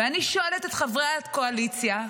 ואני שואלת את חברי הקואליציה,